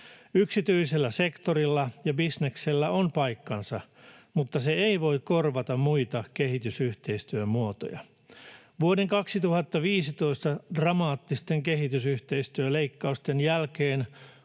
Yksityisellä sektorilla ja bisneksellä on paikkansa, mutta se ei voi korvata muita kehitysyhteistyön muotoja. Vuoden 2015 dramaattisten kehitysyhteistyöleikkausten jälkeen